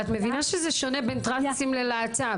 את מבינה שזה שונה בין להט"ב לטרנסים?